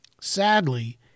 Sadly